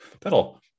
that'll